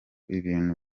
ibintu